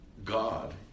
God